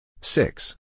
Six